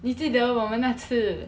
你记得我们那次